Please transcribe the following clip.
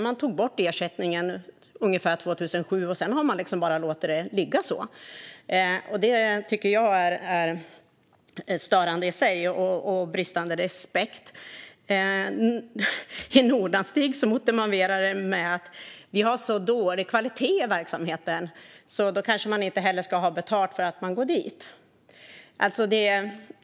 Man tog bort ersättningen ungefär 2007, och sedan har man bara låtit det ligga så. Det tycker jag är störande i sig och bristande respekt. Nordanstig motiverar detta med att de har så dålig kvalitet i verksamheten, och då ska man kanske inte heller ha betalt för att man går dit.